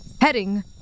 heading